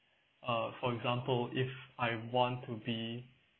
uh for example if I want to be